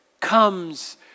comes